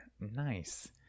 Nice